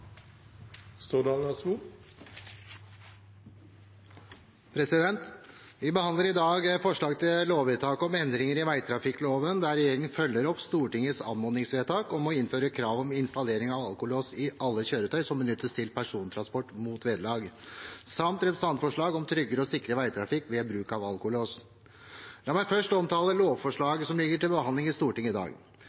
Vi behandler i dag forslag til lovvedtak om endringer i vegtrafikkloven, der regjeringen følger opp Stortingets anmodningsvedtak om å innføre krav om installering av alkolås i alle kjøretøy som benyttes til persontransport mot vederlag, samt representantforslag om tryggere og sikrere veitrafikk ved bruk av alkolås. La meg først omtale lovforslaget som ligger til behandling i Stortinget i dag.